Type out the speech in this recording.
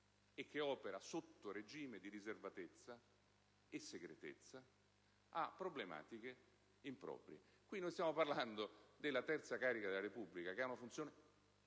che opera sotto regime di riservatezza e segretezza, a problematiche improprie. In questo caso stiamo parlando della terza carica della Repubblica, che ha una funzione